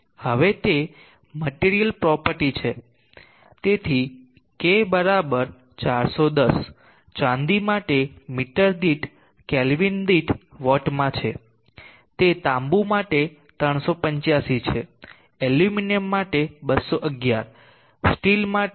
હવે તે material property છે તેથી k 410 ચાંદી માટે મીટર દીઠ કેલ્વિન દીઠ વોટ માં તે તાંબુ માટે 385 છે એલ્યુમિનિયમ માટે 211 સ્ટીલ માટે 47